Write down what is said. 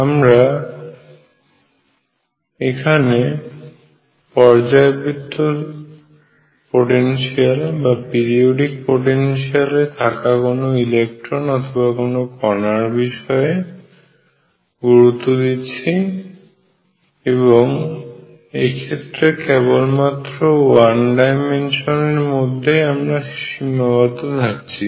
আমরা এখানে পর্যায়বৃত্ত পোটেনশিয়ালে থাকা কোনো ইলেকট্রন অথবা কোন কণার বিষয়ে গুরুত্ব দিচ্ছি এবং এক্ষেত্রে কেবলমাত্র ওয়ান ডাইমেনশনের মধ্যেই আমারা সীমাবদ্ধ থাকছি